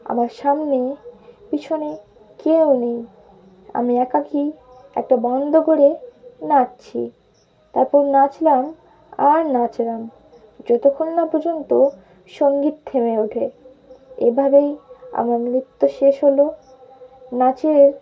আমার সামনে পিছনে কেউ নেই আমি একাকী একটা বন্ধ করে নাচছি তারপর নাচলাম আর নাচলাম যতক্ষণ না পর্যন্ত সঙ্গীত থেমে ওঠে এভাবেই আমার নৃত্য শেষ হলো নাচের